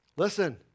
Listen